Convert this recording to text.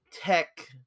tech